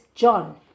John